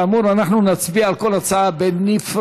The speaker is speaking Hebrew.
כאמור, אנחנו נצביע על כל הצעה בנפרד.